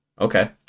Okay